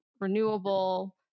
renewable